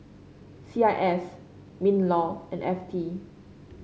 C I S Minlaw and F T